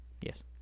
Yes